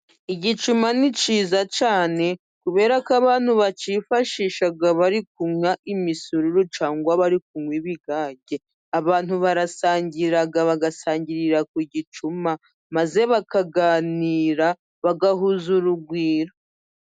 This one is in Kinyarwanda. Igicuma ni cyiza cyane kubera ko abantu bakifashisha bari kunywa imisururu ,cyangwa bari kunywa ibigage .Abantu barasangira ,bagasangirira ku gicuma maze bakaganira bagahuza urugwiro.